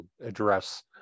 address